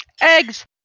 Eggs